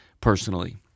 personally